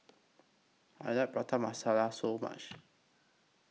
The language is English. I like Prata Masala So much